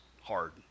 hard